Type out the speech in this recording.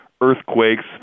earthquakes